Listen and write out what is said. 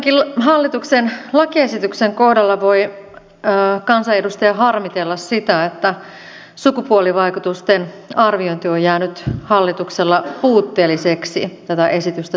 tämänkin hallituksen lakiesityksen kohdalla voi kansanedustaja harmitella sitä että sukupuolivaikutusten arviointi on jäänyt hallituksella puutteelliseksi tätä esitystä tehdessä